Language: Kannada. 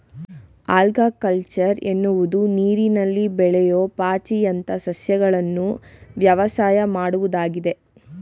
ಆಲ್ಗಕಲ್ಚರ್ ಎನ್ನುವುದು ನೀರಿನಲ್ಲಿ ಬೆಳೆಯೂ ಪಾಚಿಯಂತ ಸಸ್ಯಗಳನ್ನು ವ್ಯವಸಾಯ ಮಾಡುವುದಾಗಿದೆ